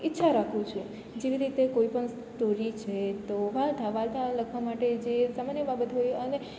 ઈચ્છા રાખું છું જેવી રીતે કોઈ પણ સ્ટોરી છે તો વાર્તા વાર્તા લખવા માટે જે સામાન્ય બાબત હોય અને